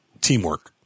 Teamwork